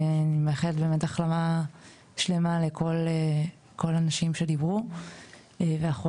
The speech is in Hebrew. אני מאחלת החלמה שלמה לכל הנשים והחולות שדיברו,